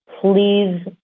Please